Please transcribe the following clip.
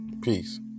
Peace